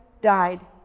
died